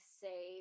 say